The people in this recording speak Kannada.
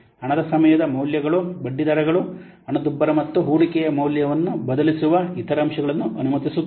ಹಣದ ಸಮಯದ ಮೌಲ್ಯವು ಬಡ್ಡಿದರಗಳು ಹಣದುಬ್ಬರ ಮತ್ತು ಹೂಡಿಕೆಯ ಮೌಲ್ಯವನ್ನು ಬದಲಿಸುವ ಇತರ ಅಂಶಗಳನ್ನು ಅನುಮತಿಸುತ್ತದೆ